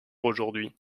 aujourd’hui